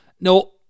no